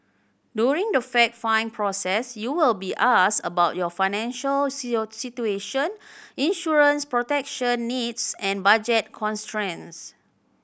during the fact find process you will be asked about your financial situation insurance protection needs and budget constraints